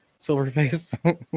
Silverface